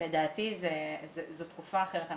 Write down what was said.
לדעתי עכשיו זאת תקופה אחרת.